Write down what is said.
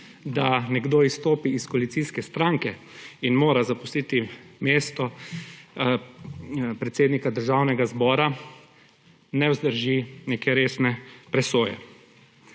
da nekdo izstopi iz koalicijske stranke in mora zapustiti mesto predsednika Državnega zbora, ne vzdrži neke resne presoje.